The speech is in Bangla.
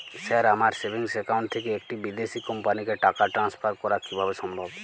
স্যার আমার সেভিংস একাউন্ট থেকে একটি বিদেশি কোম্পানিকে টাকা ট্রান্সফার করা কীভাবে সম্ভব?